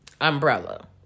umbrella